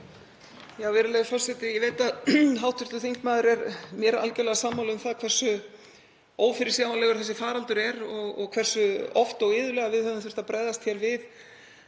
Virðulegi forseti. Ég veit að hv. þingmaður er mér algerlega sammála um það hversu ófyrirsjáanlegur þessi faraldur er og hversu oft og iðulega við höfum þurft að bregðast við